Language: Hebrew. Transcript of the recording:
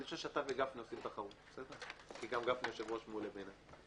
אני חושב שאתה וגפני עושים תחרות כי גם גפני יושב-ראש מעולה בעיניי.